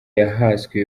yahaswe